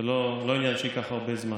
זה לא עניין שייקח הרבה זמן.